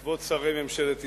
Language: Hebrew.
כבוד שרי ממשלת ישראל,